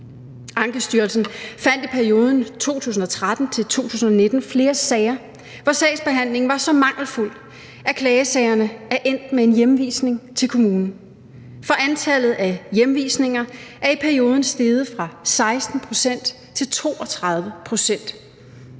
Ankestyrelsen fandt i perioden 2013-2019 flere sager, hvor sagsbehandlingen var så mangelfuld, at klagesagerne er endt med en hjemvisning til kommunen. For antallet af hjemvisninger er i perioden steget fra 16 pct. til 32